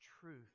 truth